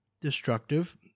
destructive